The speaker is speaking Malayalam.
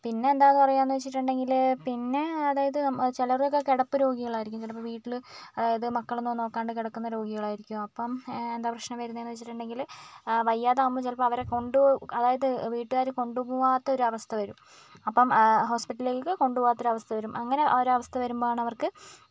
പിന്നേ എന്താ എന്ന് പറയാ എന്ന് വെച്ചിട്ടുണ്ടെങ്കിൽ പിന്നെ അതായത് ചിലവരൊക്കെ കിടപ്പ് രോഗികൾ ആയിരിക്കും ചിലപ്പോൾ വീട്ടിലത് അതായത് മക്കൾ ഒന്നും നോക്കാണ്ട് കിടക്കുന്ന രോഗികൾ ആയിരിക്കും അപ്പം എന്താ പ്രശ്നം വരുന്നത് എന്ന് വെച്ചിട്ടുണ്ടെങ്കിൽ വയ്യാതാകുമ്പോൾ ചിലപ്പോൾ അവരെ കൊണ്ട് അതായത് വീട്ടുകാർ കൊണ്ട് പോകാത്ത ഒരു അവസ്ഥ വരും അപ്പം ഹോസ്പിറ്റലിലേക്ക് കൊണ്ട് പോകാത്ത ഒരു അവസ്ഥ വരും അങ്ങനെ ഒരു അവസ്ഥ വരുമ്പോൾ ആണ് അവർക്ക്